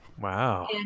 wow